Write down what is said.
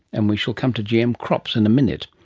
and we shall come to gm crops in a minute.